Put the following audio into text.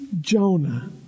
Jonah